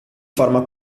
forma